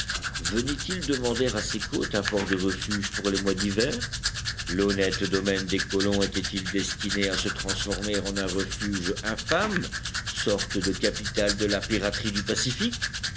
venait-il demander à ces côtes un port de refuge pour les mois d'hiver l'honnête domaine des colons était-il destiné à se transformer en un refuge infâme sorte de capitale de la piraterie du pacifique